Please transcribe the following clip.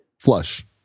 Flush